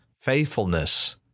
faithfulness